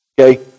Okay